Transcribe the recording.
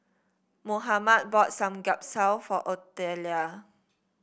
Mohammed bought Samgyeopsal for Otelia